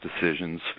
decisions